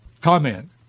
comment